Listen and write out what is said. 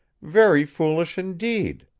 very foolish indeed.